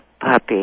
puppy